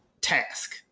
task